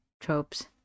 tropes